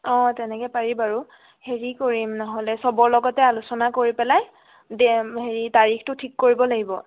অঁ তেনেকৈ পাৰি বাৰু হেৰি কৰিম নহ'লে চবৰ লগতে আলোচনা কৰি পেলাই ডে' হেৰি তাৰিখটো ঠিক কৰিব লাগিব